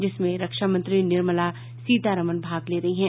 जिसमें रक्षा मंत्री निर्मला सीतारामन भाग ले रही हैं